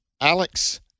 Alex